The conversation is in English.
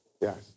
Yes